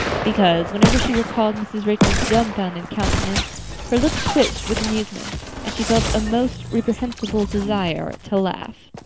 because, whenever she recalled mrs. rachel's dumbfounded countenance her lips twitched with amusement and she felt a most reprehensible desire to laugh.